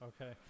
Okay